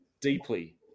deeply